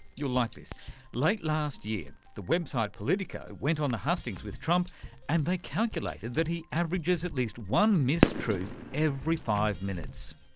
you'll like this late last year the website politico went on the hustings with trump and they calculated that he averages at least one mistruth every five minutes.